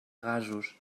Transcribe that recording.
gasos